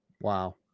Wow